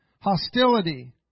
hostility